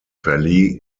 verlieh